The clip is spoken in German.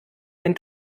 ein